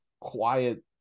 quiet